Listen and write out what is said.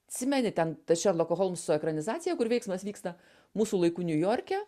atsimeni ten ta šerloko holmso ekranizacija kur veiksmas vyksta mūsų laikų niujorke